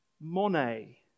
Monet